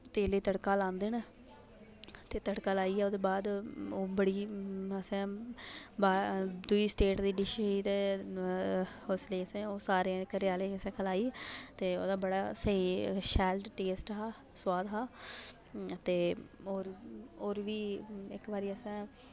तेल च तड़का लांदे न तेल च तड़का लाईयै असैं बड़ा दूई स्टेट दी डिश ही ते इस करियै असैं सारे घरे आह्लें गी खलाई ते ओह्दा बड़ा स्हेई शैल टेस्ट हा सोआद हा ते होर बी इक बारी असें